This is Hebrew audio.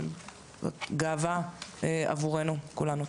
זו גאווה עבורנו כולנו.